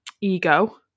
ego